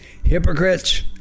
Hypocrites